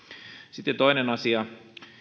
sitten toinen asia